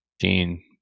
Gene